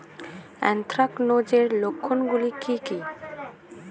Anthracnose এর লক্ষণ গুলো কি কি?